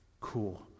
cool